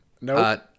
No